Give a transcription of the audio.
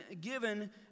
given